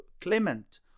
Clement